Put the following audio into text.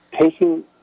taking